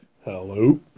Hello